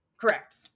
Correct